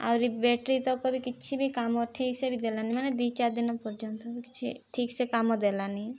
ଆହୁରି ବେଟ୍ରିତକ ବି କିଛି ବି କାମ ଠିକ୍ ସେ ବି ଦେଲାନି ମାନେ ଦି ଚାରି ଦିନ ପର୍ଯ୍ୟନ୍ତ କିଛି ଠିକ୍ ସେ କାମ ଦେଲାନି